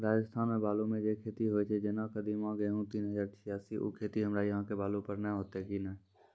राजस्थान मे बालू मे जे खेती होय छै जेना कदीमा, गेहूँ तीन हजार छियासी, उ खेती हमरा यहाँ के बालू पर होते की नैय?